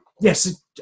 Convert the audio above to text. yes